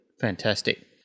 Fantastic